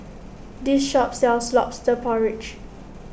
this shop sells Lobster Porridge